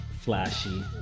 flashy